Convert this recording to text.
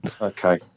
okay